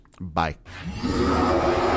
Bye